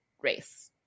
race